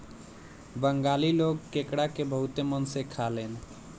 बंगाली लोग केकड़ा के बहुते मन से खालेन